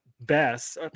best